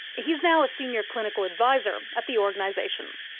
he's now a senior clinical advisor at the organisation.